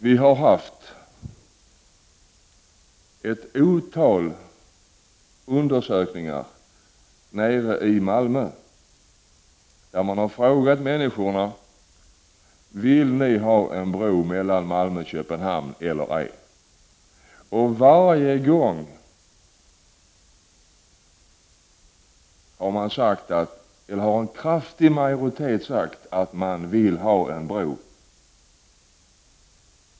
Vi har haft ett antal undersökningar nere i Malmö där man har frågat människorna: Vill ni ha en bro mellan Malmö och Köpenhamn eller ej? Varje gång har en stor majoritet sagt ja till en bro.